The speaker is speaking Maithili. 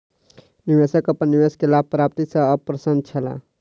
निवेशक अपन निवेश के लाभ प्राप्ति सॅ अप्रसन्न छला